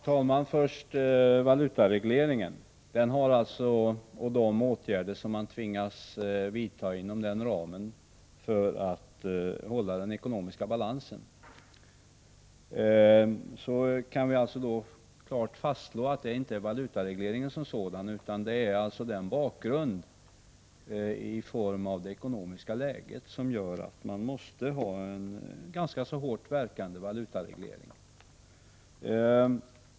Herr talman! När det först gäller valutaregleringen och de åtgärder som man tvingas vidta inom den ramen för att hålla den ekonomiska balansen kan vi klart fastslå att det är bakgrunden i form av det ekonomiska läget som gör att man måste ha en ganska hårt verkande valutareglering.